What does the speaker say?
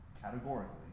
categorically